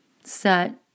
set